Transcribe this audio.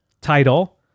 title